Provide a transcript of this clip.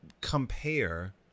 compare